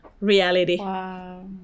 reality